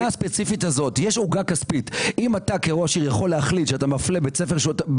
אם הרב שי פירון, נפתלי בנט, גדעון סער,